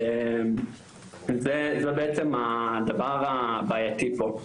וזה בעצם הדבר הבעייתי פה.